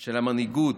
של המנהיגות,